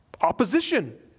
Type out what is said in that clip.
opposition